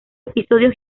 episodios